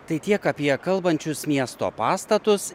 tai tiek apie kalbančius miesto pastatus